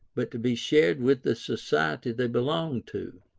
but to be shared with the society they belong to.